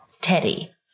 Teddy